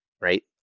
right